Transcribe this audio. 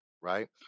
Right